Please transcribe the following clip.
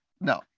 No